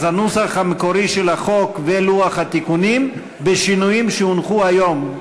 אז הנוסח המקורי של החוק ולוח התיקונים בשינויים שהונחו היום,